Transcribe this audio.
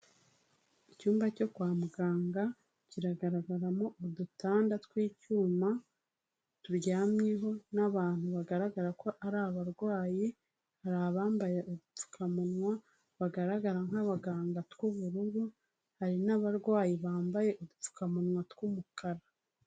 Icyumba cyo kwa muganga kiragaragaramo udutanda tw'icyuma turyamyeho n'abantu bagaragara ko ari abarwayi, hari abambaye agapfukamunwa bagaragara nk'abaganga tw'ubururu, hari n'abarwayi bambaye udupfukamunwa tw'umukara.